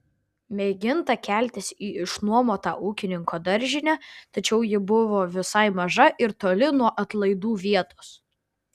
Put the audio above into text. mėginta keltis į išnuomotą ūkininko daržinę tačiau ji buvo visai maža ir toli nuo atlaidų vietos